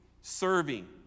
serving